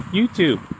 YouTube